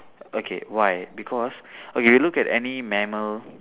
okay why because okay you look at any mammal